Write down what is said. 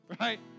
right